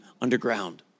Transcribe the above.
underground